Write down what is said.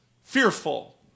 fearful